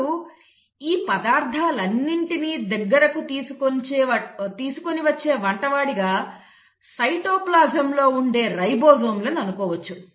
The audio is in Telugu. ఇప్పుడు ఈ పదార్థాలన్నింటిని దగ్గరకు తీసుకొని వచ్చే వంటవాడిగా సైటోప్లాజం లో ఉండే రైబోజోమ్ లను అనుకోవచ్చు